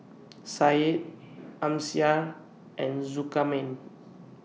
Syed Amsyar and Zulkarnain